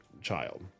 child